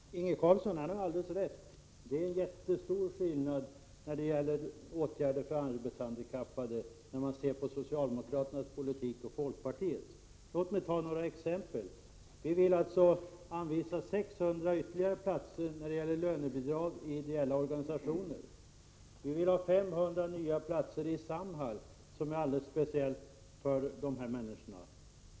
Herr talman! Inge Carlsson har alldeles rätt — det är en jättestor skillnad i fråga om åtgärder för de arbetshandikappade mellan socialdemokratins politik och folkpartiets. Låt mig ta några exempel. Vi vill anvisa ytterligare 600 platser med lönebidrag i ideella organisationer. Vi vill ha 500 nya platser i Samhall, som är alldeles speciellt för dessa människor.